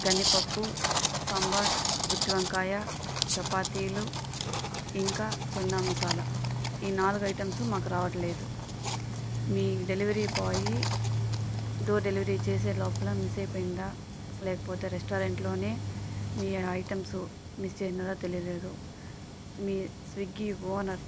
కందిపప్పు సాంబార్ గుత్తి వంకాయ చపాతీలు ఇంకా చెన్నా మసాలా ఈ నాలుగు ఐటమ్స్ మాకు రావట్లేదు మీ డెలివరీ బాయ్ డోర్ డెలివరీ చేసే లోపల మిస్ అయిపోయిందా లేకపోతే రెస్టారెంట్లోనే మీ ఐటమ్స్ మిస్ చేసినారా తెలిలేదు మీ స్విగ్గి ఓనర్